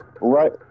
Right